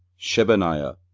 shebaniah,